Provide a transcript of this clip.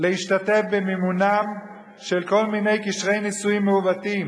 להשתתף במימונם של כל מיני קשרי נישואים מעוותים?